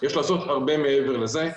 יש לעשות הרבה מעבר לזה.